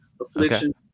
affliction